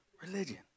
religion